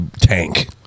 tank